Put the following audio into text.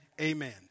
amen